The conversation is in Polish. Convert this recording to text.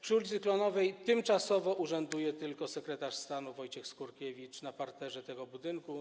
Przy ul. Klonowej tymczasowo urzęduje tylko sekretarz stanu Wojciech Skurkiewicz, na parterze tego budynku.